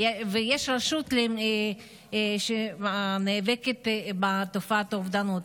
ויש רשות שנאבקת בתופעת האובדנות.